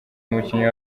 umukinnyi